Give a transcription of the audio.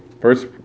first